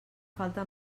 falta